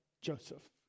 Joseph